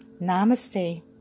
Namaste